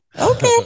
okay